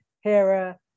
hera